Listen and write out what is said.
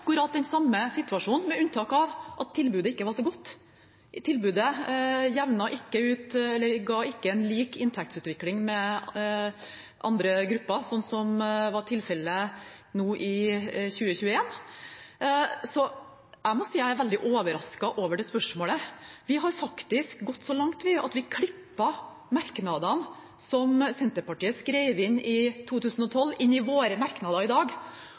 den samme situasjonen, med unntak av at tilbudet ikke var så godt. Tilbudet ga ikke en lik inntektsutvikling med andre grupper, sånn som var tilfellet nå i 2021. Så jeg må si jeg er veldig overrasket over dette spørsmålet. Vi har faktisk gått så langt at vi har klippet merknadene som Senterpartiet skrev inn i 2012, inn i våre merknader i dag,